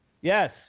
Yes